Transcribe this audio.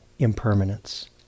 Impermanence